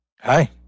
Hi